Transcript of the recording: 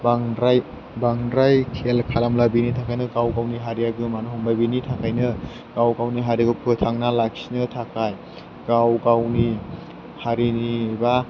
बांद्राय खेल खालामला बिनि थाखायनो गाव गावनि हारिया गोमालांनो हमबाय बिनि थाखायनो गावगावनि हारिखौ फोथांना लाखिनो थाखाय गाव गावनि हारिनि एबा